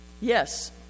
Yes